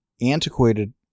antiquated